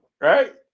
right